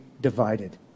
divided